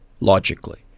logically